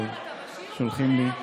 שולחים לי,